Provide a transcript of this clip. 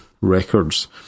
records